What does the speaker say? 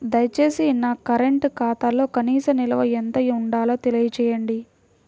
దయచేసి నా కరెంటు ఖాతాలో కనీస నిల్వ ఎంత ఉండాలో తెలియజేయండి